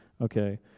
Okay